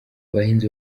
abahinzi